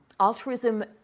Altruism